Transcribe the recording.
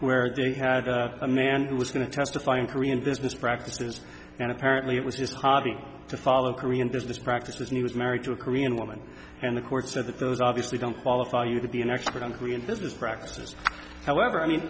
where they had a man who was going to testify in korean business practices and apparently it was just a hobby to follow korean this practice and he was married to a korean woman and the court said that those obviously don't qualify you to be an expert on korean business practices however i mean